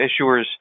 Issuers